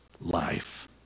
life